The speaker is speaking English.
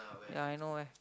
ya I know where